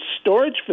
storage